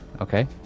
Okay